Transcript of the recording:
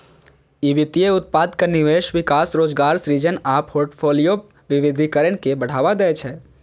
ई वित्तीय उत्पादक निवेश, विकास, रोजगार सृजन आ फोर्टफोलियो विविधीकरण के बढ़ावा दै छै